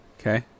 Okay